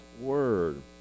word